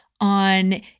on